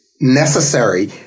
necessary